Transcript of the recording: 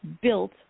built